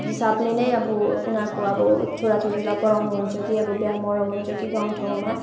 हिसाबले नै अब उनीहरूको छोराछोरीलाई पढाउनु हुन्छ कि बिहा मरौ हुन्छ कि गाँउठाँउमा